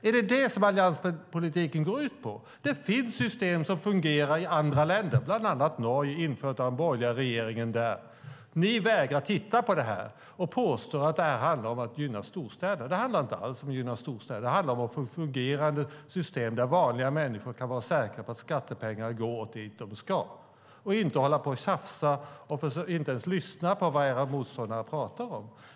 Är det vad allianspolitiken går ut på? Det finns system som fungerar i andra länder, bland annat i Norge. Det är infört av den borgerliga regeringen där. Ni vägrar titta på detta och påstår att det handlar om att gynna storstäder. Det handlar inte alls om att gynna storstäder, utan det handlar om att få ett fungerande system där vanliga människor kan vara säkra på att skattepengar går dit de ska - inte att hålla på och tjafsa och inte ens lyssna på vad era motståndare pratar om.